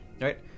Right